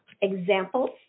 examples